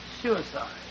suicide